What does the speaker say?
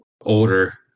older